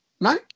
No